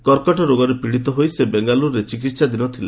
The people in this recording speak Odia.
କର୍କଟ ରୋଗରେ ପୀଡ଼ିତ ହୋଇ ସେ ବେଙ୍ଗାଲ୍ରୁରେ ଚିକିହାଧୀନ ଥିଲେ